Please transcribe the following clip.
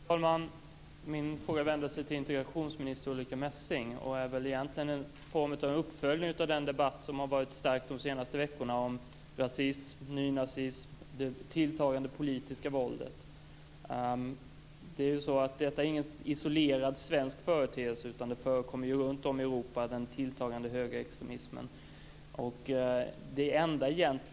Fru talman! Min fråga vänder sig till integrationsminister Ulrica Messing och är egentligen en form av uppföljning av den debatt som förts de senaste veckorna om rasism, nynazism och det tilltagande politiska våldet. Detta är ju ingen isolerad svensk företeelse, utan den tilltagande högerextremismen förekommer runtom i Europa.